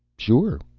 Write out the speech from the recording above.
sure.